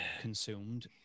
consumed